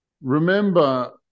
Remember